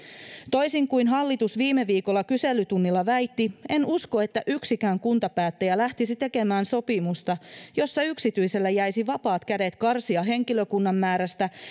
toisin kuin hallitus viime viikolla kyselytunnilla väitti en usko että yksikään kuntapäättäjä lähtisi tekemään sopimusta jossa yksityiselle jäisi vapaat kädet karsia henkilökunnan määrästä